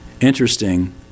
Interesting